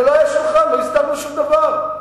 לא הסתרנו שום דבר.